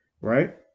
Right